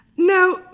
Now